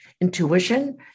intuition